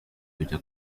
kujya